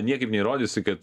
niekaip neįrodysi kad